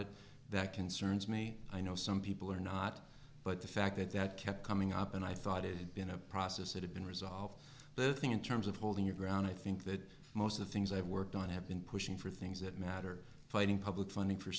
it that concerns me i know some people are not but the fact that that kept coming up and i thought it had been a process it had been resolved the thing in terms of holding your ground i think that most of the things i've worked on have been pushing for things that matter fighting public funding for